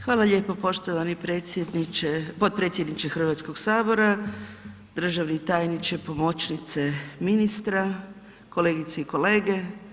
Hvala lijepo poštovani potpredsjedniče Hrvatskoga sabora, državni tajniče, pomoćnice ministra, kolegice i kolege.